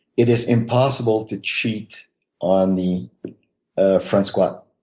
it is impossible to cheat on the ah front squat.